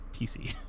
PC